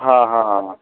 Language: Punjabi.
ਹਾਂ ਹਾਂ